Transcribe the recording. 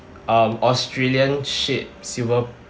um australian ship silver